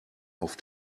auf